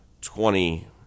twenty